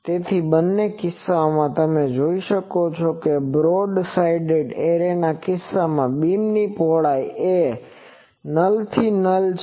તેથી બંને કિસ્સાઓમાં તમે જોઈ શકો છો કે બ્રોડ સાઇડ એરેના કિસ્સામાં બીમની પહોળાઈ એ નલથી નલ છે